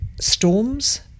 storms